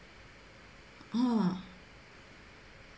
oh